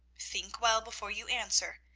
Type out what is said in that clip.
think well before you answer,